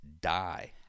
die